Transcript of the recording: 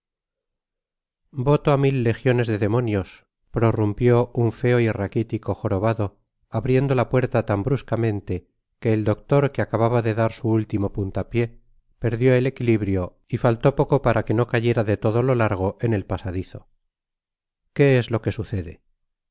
voto á mil legiones de demonios prorrumpió un feo y raquitico jorobado abriendo la puerta tan bruscamente que el doctor que acababa de dar su último punta pió perdió el equilibrio y faltó poco para que no cayera de todo lo largo en el pasadizo qué es lo q ue sucede